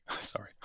Sorry